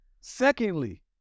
Secondly